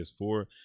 PS4